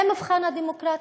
זה מבחן הדמוקרטיה.